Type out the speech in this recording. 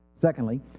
Secondly